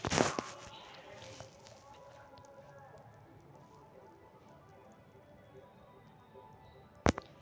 horticulture विभगवा के द्वारा किसान के उन्नत किस्म के बीज व पौधवन देवल जाहई